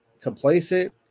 complacent